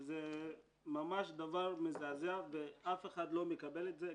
זה ממש דבר מזעזע ואף אחד לא מקבל את זה.